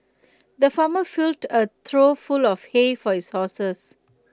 the farmer filled A trough full of hay for his horses